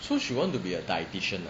so she wanted to be a dietitian ah